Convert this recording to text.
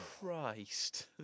Christ